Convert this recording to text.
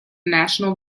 national